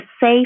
safe